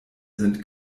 sind